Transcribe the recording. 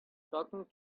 talking